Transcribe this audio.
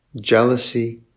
jealousy